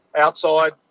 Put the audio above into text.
outside